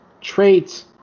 traits